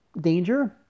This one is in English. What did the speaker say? danger